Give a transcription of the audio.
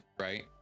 right